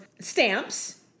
stamps